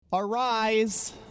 Arise